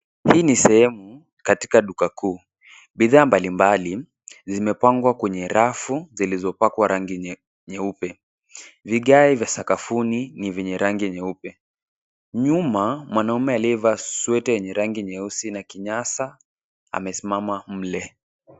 Hii ni sehemu katika duka kuu. Bidhaa mbali mbali zimepangwa kwenye rafu zilizopakwa rangi nyeupe. Vigae vya sakafuni ni vyenye rangi nyeupe. Nyuma, mwanaume aliyevaa sweta yenye rangi nyeusi na kinyasa amesimama mle.